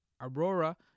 Aurora